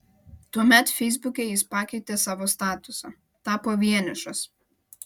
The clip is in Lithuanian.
tuomet feisbuke jis pakeitė savo statusą tapo vienišas